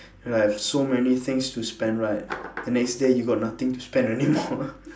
I have so many things to spend right the next day you got nothing to spend anymore